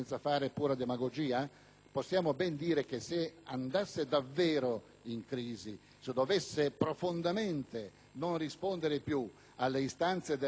possiamo ben dire che, se andasse davvero in crisi, se dovesse profondamente non rispondere più alle istanze del mercato globale,